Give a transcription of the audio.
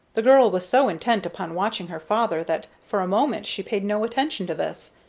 the girl was so intent upon watching her father that for a moment she paid no attention to this.